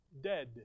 dead